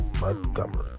Montgomery